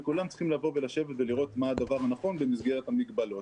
וכולם צריכים לבוא ולשבת ולראות מה הדבר הנכון במסגרת המגבלות.